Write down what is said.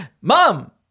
mom